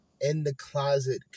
in-the-closet